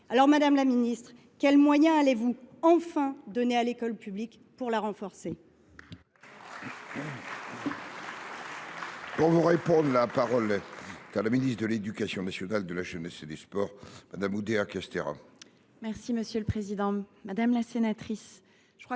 Madame la ministre, quels moyens allez vous enfin donner à l’école publique pour la renforcer ?